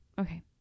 Okay